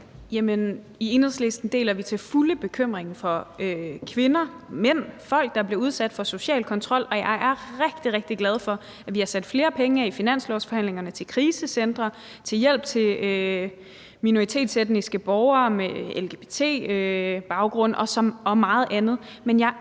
I Enhedslisten deler vi til fulde bekymringen for kvinder, mænd, folk, der bliver udsat for social kontrol, og jeg er rigtig, rigtig glad for, at vi har sat flere penge af i finanslovsforhandlingerne til krisecentre, til hjælp til minoritetsetniske borgere med lgbt-baggrund og meget andet.